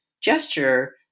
gesture